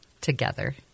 together